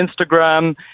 Instagram